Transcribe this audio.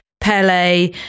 Pele